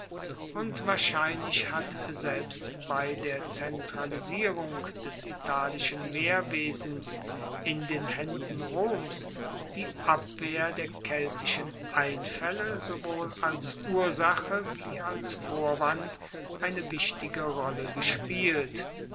und wahrscheinlich hat selbst bei der zentralisierung des italischen wehrwesens in den haenden roms die abwehr der keltischen einfaelle sowohl als ursache wie als vorwand eine wichtige rolle gespielt